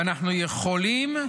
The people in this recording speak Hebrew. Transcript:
אנחנו יכולים,